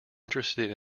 interested